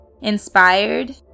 inspired